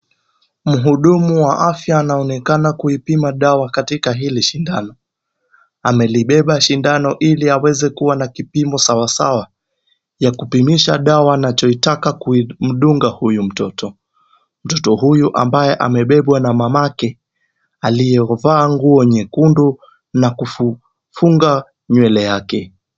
Mhudumu wa afya anaonekana kuipima dawa katika hili shindano. Amelibeba shindano ili aweze kuwa na kipimo sawasawa ya kupimisha dawa anachoitaka kumdunga huyu mtoto. Mtoto huyu ambaye amebebwa na mamake aliyevaa nguo nyekundu na kufunga nywele yake.